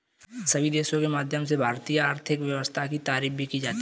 सभी देशों के माध्यम से भारतीय आर्थिक व्यवस्था की तारीफ भी की जाती है